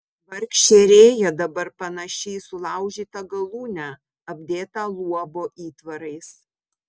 vargšė rėja dabar panaši į sulaužytą galūnę apdėtą luobo įtvarais